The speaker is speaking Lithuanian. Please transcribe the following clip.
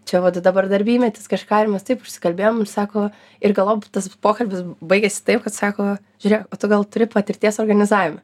čia vat dabar darbymetis kažką ir mes taip užsikalbėjom sako ir galop tas pokalbis baigėsi taip kad sako žiūrėk o tu gal turi patirties organizavime